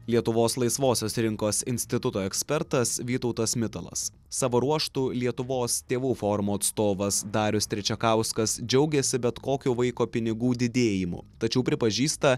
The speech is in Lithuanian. lietuvos laisvosios rinkos instituto ekspertas vytautas mitalas savo ruožtu lietuvos tėvų forumo atstovas darius trečiakauskas džiaugėsi bet kokuo vaiko pinigų didėjimu tačiau pripažįsta